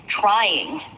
trying